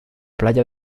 playa